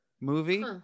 movie